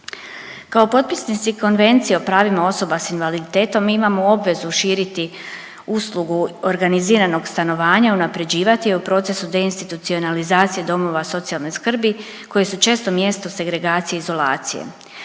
Kao potpisnici Konvencije o pravima osoba s invaliditetom mi imamo obvezu širiti uslugu organiziranog stanovanja, unaprjeđivati je u procesu deinstitucionalizacije domova socijalne skrbi koji su često mjesto segregacije i izolacije.